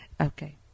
Okay